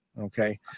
Okay